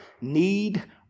need